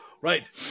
Right